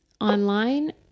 online